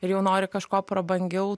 ir jau nori kažko prabangiau